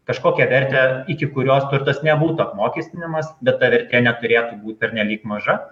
kažkokią vertę iki kurios turtas nebūtų apmokestinamas bet ar neturėtų būt pernelyg maža